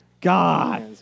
God